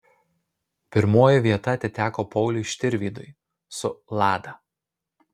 pirmoji vieta atiteko pauliui štirvydui su lada